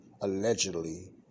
allegedly